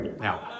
Now